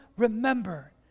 remember